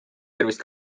tervist